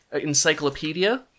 encyclopedia